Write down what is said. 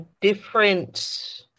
different